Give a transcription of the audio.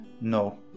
No